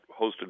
hosted